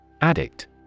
Addict